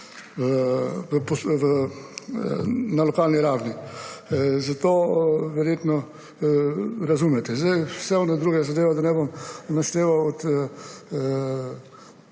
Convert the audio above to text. na lokalni ravni. Zato verjetno razumete. Vse druge zadeve, da jih ne bom našteval,